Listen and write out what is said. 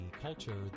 culture